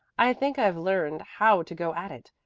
i think i've learned how to go at it.